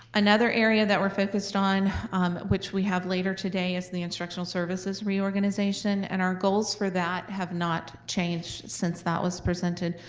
another area that we're focused on which we have later today is the instructional services reorganization, and our goals for that have not changed since that was presented.